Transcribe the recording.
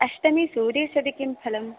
अष्टमे सूर्ये सति किं फलम्